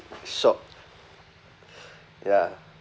shop ya